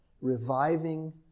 reviving